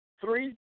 three